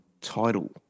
title